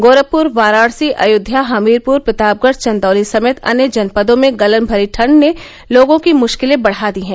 गोरखपुर वाराणसी अयोध्या हमीरपुर प्रतापगढ़ चंदौली समेत अन्य जनपदों में गलन भरी ठंड ने लोगों की मुश्किलें बढ़ा दी हैं